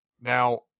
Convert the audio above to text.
Now